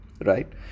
right